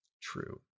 true